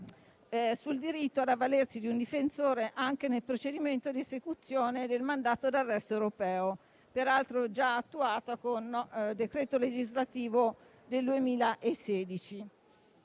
sul diritto ad avvalersi di un difensore anche nel procedimento di esecuzione del mandato d'arresto europeo, peraltro già attuata con decreto legislativo del 2016.